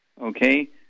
okay